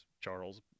Charles